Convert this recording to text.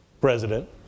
President